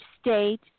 state